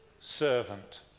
servant